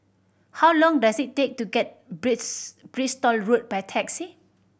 how long does it take to get Bristol Road by taxi